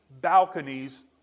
balconies